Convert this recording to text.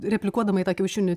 replikuodama į tą kiaušinių